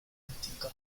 antica